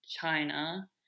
China